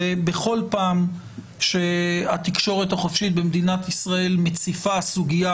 ובכול פעם שהתקשורת החופשית במדינת ישראל מציפה סוגיה